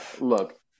look